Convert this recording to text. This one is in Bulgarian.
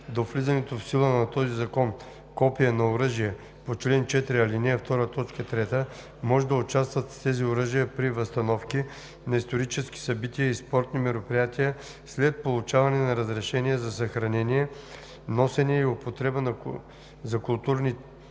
до влизането в сила на този закон копия на оръжия по чл. 4, ал. 2, т. 3, може да участват с тези оръжия при възстановки на исторически събития и спортни мероприятия след получаване на разрешение за съхранение, носене и употреба за културни цели